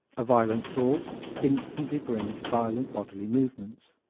a violent thought instantly brings violent bodily movements.